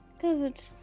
Good